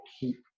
keep